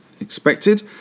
expected